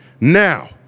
Now